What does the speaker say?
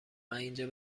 ازاینجا